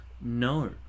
No